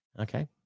Okay